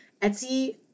Etsy